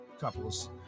couples